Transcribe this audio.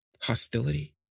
hostility